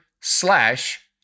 slash